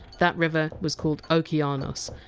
that river was called okeanos,